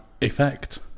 effect